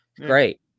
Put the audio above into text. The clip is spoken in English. great